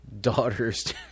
daughter's